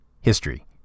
history